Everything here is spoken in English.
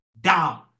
down